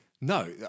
No